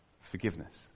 forgiveness